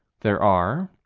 there are,